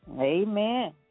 Amen